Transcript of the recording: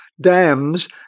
Dams